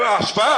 חד-משמעית השוואה.